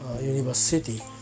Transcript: university